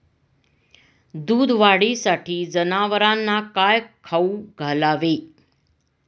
दूध वाढीसाठी जनावरांना काय खाऊ घालावे?